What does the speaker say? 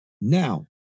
Now